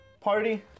Party